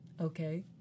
Okay